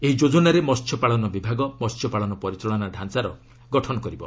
ଏହି ଯୋଜନାରେ ମହ୍ୟପାଳନ ବିଭାଗ ମହ୍ୟପାଳନ ପରିଚାଳନା ଡାଞ୍ଚାର ଗଠନ କରିବ